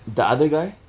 the other guy